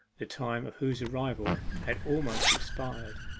the time of whose arrival had almost expired.